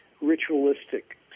ritualistic